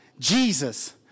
Jesus